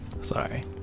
sorry